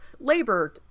labor